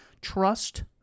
Trust